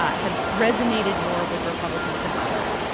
have resonated more with republicans than others.